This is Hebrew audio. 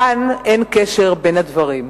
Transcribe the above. כאן אין קשר בין הדברים.